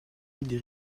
îles